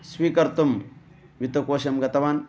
स्वीकर्तुं वित्तकोशं गतवान्